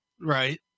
Right